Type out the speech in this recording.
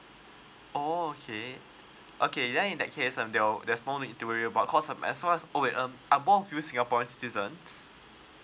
oh okay okay then in that case um there'll there's no need to worry about cause as well oh wait um are both of you singaporean citizens